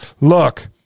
look